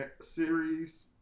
series